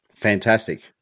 fantastic